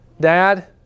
dad